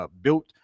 built